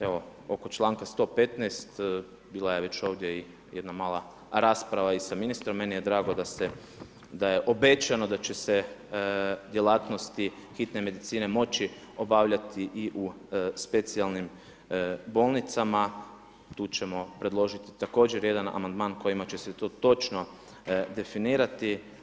Evo oko članka 115. bila je već ovdje i jedna mala rasprava i sa ministrom, meni je drago da je obećano da će se djelatnosti hitne medicine moći obavljati i u specijalnim bolnicama, tu ćemo predložiti također jedan amandman kojim će se to točno definirati.